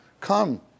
come